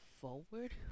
forward